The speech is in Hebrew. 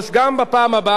גם בפעם הבאה,